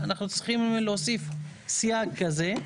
אנחנו צריכים להוסיף סייג כזה.